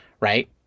right